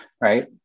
right